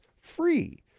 free